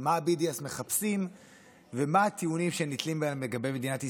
מה ה-BDS מחפשים ומה הטיעונים שנתלים בהם לגבי מדינת ישראל,